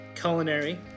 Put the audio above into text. culinary